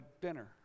dinner